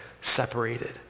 separated